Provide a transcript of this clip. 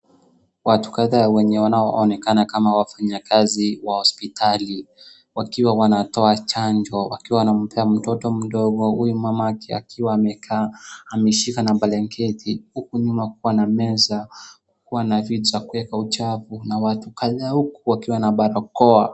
Watu kadhaa wenye wanaoonekana kama wafanyikazi wa hospitali, wakiwa wanatoa chanjo, wakiwa wanampea mtoto mdogo, huyu mama akiwa amekaa, amemshika na blanketi, huku nyuma kukiwa na meza, kukiwa na vitu za kuweka uchafu, na watu kadhaa huku wakiwa na barakoa.